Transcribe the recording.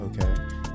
Okay